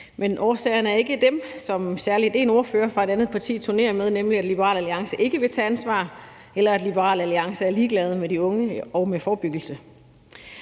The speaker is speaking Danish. Men årsagerne er ikke dem, som særlig én ordfører fra et andet parti turnerer med, nemlig at Liberal Alliance ikke vil tage ansvar, eller at Liberal Alliance er ligeglade med de unge og med forebyggelse.